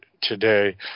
today